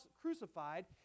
crucified